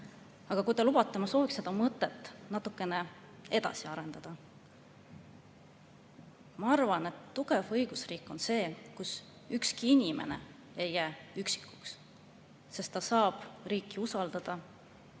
saa. Kui te lubate, ma soovin seda mõtet natuke edasi arendada. Ma arvan, et tugev õigusriik on selline, kus ükski inimene ei jää üksikuks, sest ta saab riiki usaldada